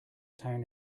town